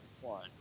one